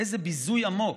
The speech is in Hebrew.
איזה ביזוי עמוק,